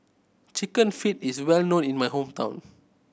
Chicken Feet is well known in my hometown